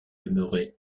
demeurée